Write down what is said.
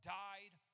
died